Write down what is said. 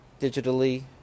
digitally